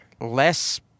less